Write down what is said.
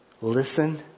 Listen